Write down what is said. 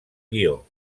guió